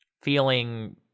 feeling